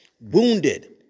wounded